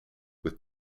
with